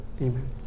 Amen